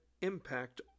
impact